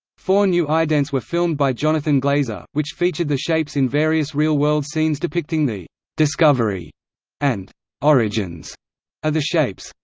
four new idents were filmed by jonathan glazer, which featured the shapes in various real-world scenes depicting the discovery and origins of the shapes.